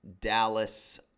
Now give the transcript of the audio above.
Dallas